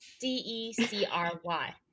D-E-C-R-Y